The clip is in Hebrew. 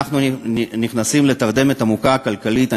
אנחנו נכנסים לתרדמת כלכלית עמוקה.